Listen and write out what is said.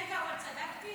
רגע, אבל צדקתי?